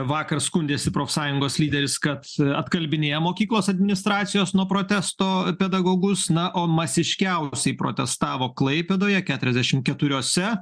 vakar skundėsi profsąjungos lyderis kad atkalbinėja mokyklos administracijos nuo protesto pedagogus na o masiškiausiai protestavo klaipėdoje keturiasdešim keturiose